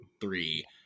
three